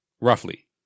roughly